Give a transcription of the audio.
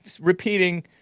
repeating